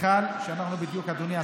מכאן יוצא שכל קבלן שעושה עבודות בתחום של